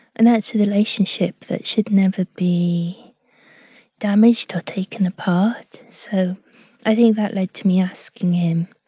and that's a relationship that should never be damaged or taken apart, so i think that led to me asking him